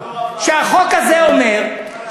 והחוק הזה אומר,